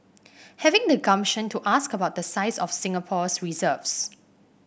having the gumption to ask about the size of Singapore's reserves